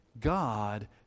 God